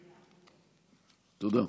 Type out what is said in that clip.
תודה.